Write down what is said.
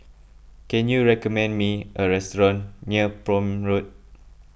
can you recommend me a restaurant near Prome Road